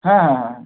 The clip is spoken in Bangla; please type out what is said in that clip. হ্যাঁ হ্যাঁ হ্যাঁ